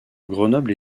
grenoble